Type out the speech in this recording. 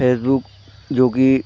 Facebook जोकि